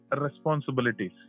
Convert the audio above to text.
responsibilities